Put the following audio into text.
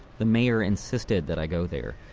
the mayor insisted that i go there.